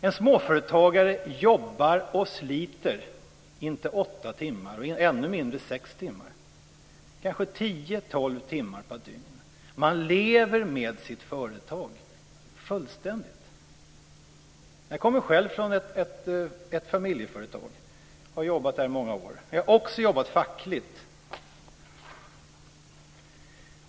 En småföretagare jobbar och sliter, inte åtta timmar och ännu mindre sex timmar, kanske tio-tolv timmar per dygn. Man lever med sitt företag. Jag kommer själv från ett familjeföretag och har jobbat där i många år, men jag har också jobbat fackligt.